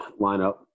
lineup